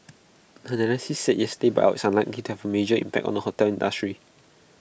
analysts said yesterday's buyout is unlikely to have A major impact on the hotel industry